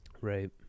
Right